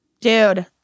Dude